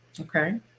Okay